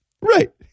Right